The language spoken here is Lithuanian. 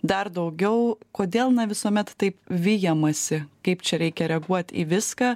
dar daugiau kodėl na visuomet taip vijamasi kaip čia reikia reaguot į viską